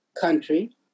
country